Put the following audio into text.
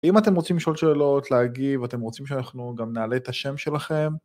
אם אתם רוצים לשאול שאלות, להגיב, אם אתם רוצים שאנחנו גם נעלה את השם שלכם...